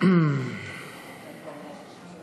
(סירוב לעבוד ביום המנוחה השבועי),